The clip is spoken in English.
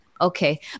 Okay